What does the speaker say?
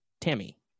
Tammy